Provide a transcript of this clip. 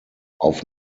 auf